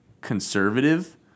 conservative